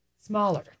smaller